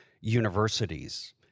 universities